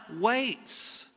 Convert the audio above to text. waits